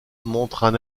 montrent